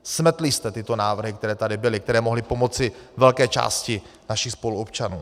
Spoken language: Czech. Smetli jste tyto návrhy, které tady byly, které mohly pomoci velké části našich spoluobčanů.